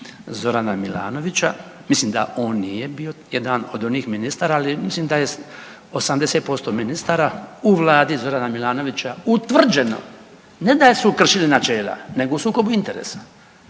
Zorana Milanovića, mislim da on nije bio jedan od onih ministara, ali mislim da je 80% ministara u Vladi Zorana Milanovića utvrđeno ne da su kršili načela, nego u sukobu interesa.